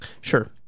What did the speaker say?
Sure